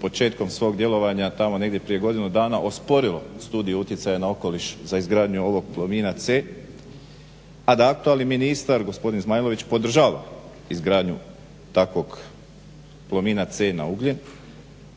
početkom svog djelovanja, tamo negdje prije godinu dana osporilo Studiju utjecaja na okoliš za izgradnju ovog Plomina C, a da aktualni ministar gospodin Zmajlović podržava izgradnju takvog Plomina C na ugljen,